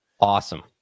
Awesome